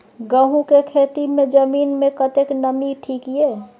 गहूम के खेती मे जमीन मे कतेक नमी ठीक ये?